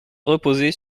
reposait